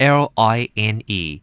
line